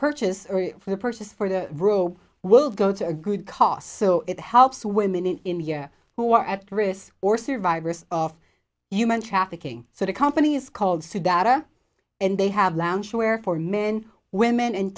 purchase for the purchase for the rope will go to a good cost so it helps women in india who are at risk or survivors of human trafficking so the company is called siddharta and they have lounge where four men women and